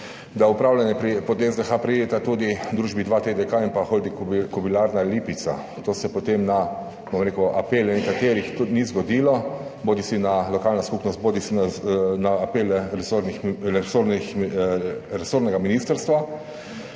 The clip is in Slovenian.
da v upravljanje pod SDH preideta tudi družbi 2TDK in pa Holding Kobilarna Lipica. To se potem na apele nekaterih tudi ni zgodilo, bodisi na apele lokalnih skupnosti bodisi na apele resornega ministrstva.